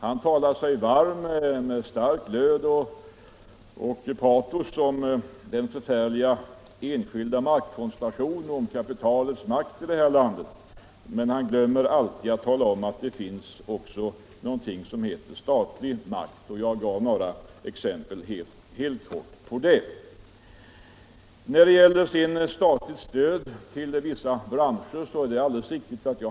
Han talar med stark glöd och patos om den förfärliga enskilda maktkoncentrationen och om kapitalets makt här i landet, men han talar aldrig om att det också finns någonting som heter statlig makt. Jag gav helt kort några exempel på det. Det är alldeles riktigt att jag har pläderat för statligt stöd till vissa branscher. Vi vann f.ö.